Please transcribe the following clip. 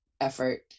effort